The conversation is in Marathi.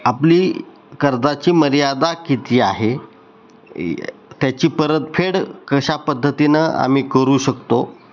आपली कर्जाची मर्यादा किती आहे त्याची परतफेड कशा पद्धतीनं आम्ही करू शकतो